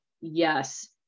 yes